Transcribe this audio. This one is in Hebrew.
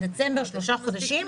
את דצמבר שלושה חודשים.